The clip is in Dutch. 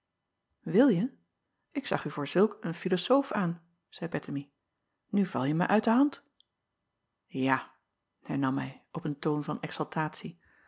op ilje ik zag u voor zulk een filozoof aan zeî ettemie nu valje mij uit de hand a hernam hij op een toon van